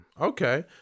Okay